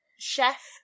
Chef